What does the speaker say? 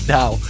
now